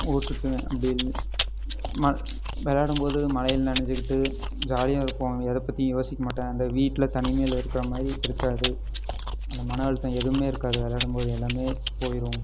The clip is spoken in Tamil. ஊர் சுற்றுவேன் அப்படி ம விளையாடம்போது மழையில் நனைஞ்சிக்கிட்டு ஜாலியாக இருப்போம் அங்கே எதை பற்றியும் யோசிக்க மாட்டேன் அந்த வீட்டில் தனிமையில் இருக்கிற மாதிரி இருக்காது அந்த மனஅழுத்தம் எதுவுமே இருக்காது விளையாடம்போது எல்லாமே போயிடும்